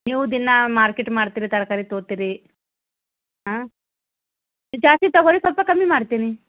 ನೀವು ದಿನಾ ಮಾರ್ಕೆಟ್ ಮಾಡ್ತೀರಿ ತರಕಾರಿ ತಗೋತೀರಿ ಹಾಂ ಜಾಸ್ತಿ ತಗೋ ರಿ ಸ್ವಲ್ಪ ಕಮ್ಮಿ ಮಾಡ್ತೀನಿ